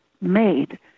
made